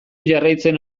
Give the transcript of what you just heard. jarraitzen